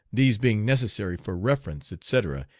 these being necessary for reference, etc,